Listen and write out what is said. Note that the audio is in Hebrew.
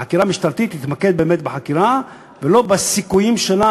החקירה המשטרתית תתמקד באמת בחקירה ולא בסיכויים שלה,